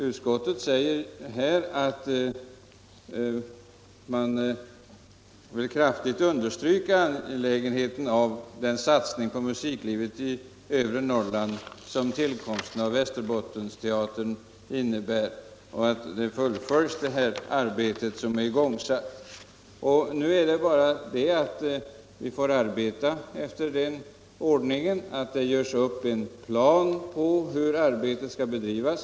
Utskottet vill kraftigt understryka angelägenheten av den satsning på musiklivet i övre Norrland som tillkomsten av Västerbottenteatern innebär och att det arbete som är igångsatt fullföljs. Nu får vi arbeta efter den — Nr 37 ordningen att det görs upp en plan på hur arbetet skall bedrivas.